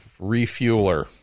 refueler